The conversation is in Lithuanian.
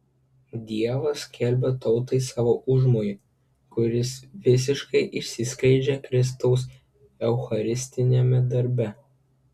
dievas skelbia tautai savo užmojį kuris visiškai išsiskleidžia kristaus eucharistiniame darbe